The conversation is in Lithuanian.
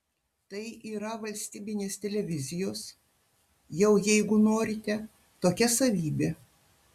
tai yra valstybinės televizijos jau jeigu norite tokia savybė